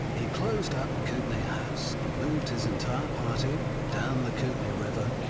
he closed up kootenai house and moved his entire party down the kootenai river,